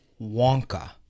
Wonka